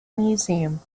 museum